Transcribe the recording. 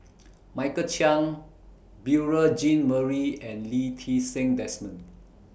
Michael Chiang Beurel Jean Marie and Lee Ti Seng Desmond